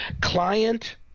client